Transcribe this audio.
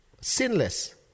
sinless